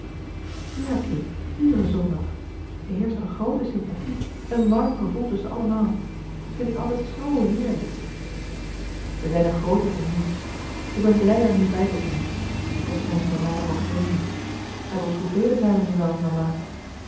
ja kind iederen zondag er heerscht een groote sympathie een warm gevoel tusschen allemaal dat vind ik altijd zoo heerlijk wij zijn een groote familie ik ben blij er nu bij te zijn maar toch zijn ze voor mij nog als vreemden met ons hoevelen zijn wij nu wel mama